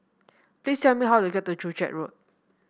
please tell me how to get to Joo Chiat Road